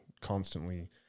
constantly